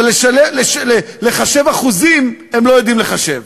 אבל לחשב אחוזים, הם לא יודעים לחשב.